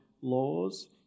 laws